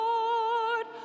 Lord